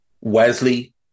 Wesley